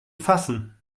fassen